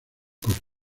corto